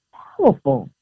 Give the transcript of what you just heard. powerful